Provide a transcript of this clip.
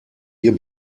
ihr